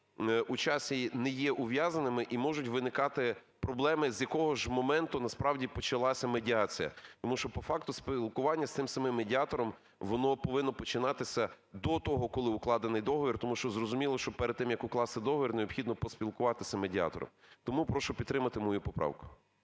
у часі не є ув'язаними, і можуть виникати проблеми, з якого ж моменту насправді почалася медіація. Тому що по факту спілкування з цих самим медіатором, воно повинно починатися до того, коли укладений договір. Тому що зрозуміло, що перед тим, як укласти договір, необхідно поспілкуватися з медіатором. Тому прошу підтримати мою поправку.